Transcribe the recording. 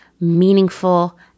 meaningful